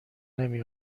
نمی